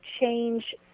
change